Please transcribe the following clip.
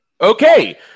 Okay